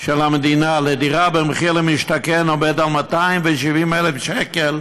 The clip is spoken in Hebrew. של המדינה לדירה במחיר למשתכן הוא 270,000 שקל,